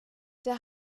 der